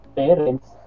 parents